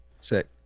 Sick